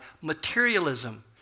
materialism